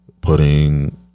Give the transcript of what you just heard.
Putting